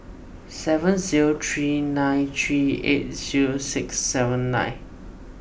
seven zero three nine three eight zero six seven nine